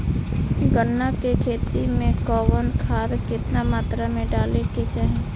गन्ना के खेती में कवन खाद केतना मात्रा में डाले के चाही?